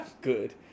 Good